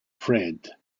fred